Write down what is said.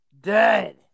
dead